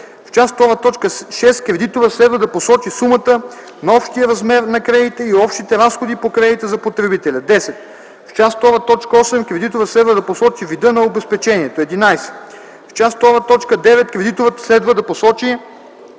В част ІІ, т. 6 кредиторът следва да посочи сумата на общия размер на кредита и общите разходи по кредита за потребителя. 10. В част ІІ, т. 8 кредиторът следва да посочи вида на обезпечението. 11. В част ІІ, т. 9 кредиторът следва да посочи,